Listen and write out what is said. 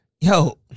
Yo